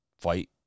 fight